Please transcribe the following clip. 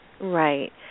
Right